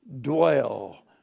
dwell